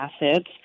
acids